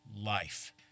life